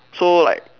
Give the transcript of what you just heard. so like